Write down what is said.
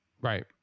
right